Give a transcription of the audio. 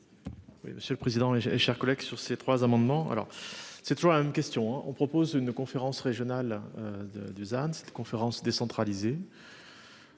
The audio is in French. monsieur le président. Chers collègues, sur ces trois amendements, alors c'est toujours la même question hein. On propose une conférence régionale de Dusan cette conférence décentralisé.